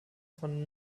von